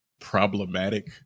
problematic